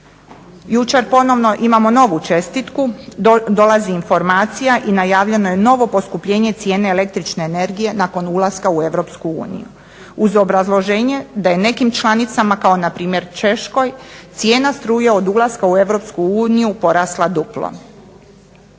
Jučer ponovno imamo novu čestitku dolazi informacija i najavljeno je novo poskupljenje cijene električne energije nakon ulaska u Europsku uniju. Uz obrazloženje da je nekim članicama kao npr. Češkoj cijena struje od ulaska u Europsku uniju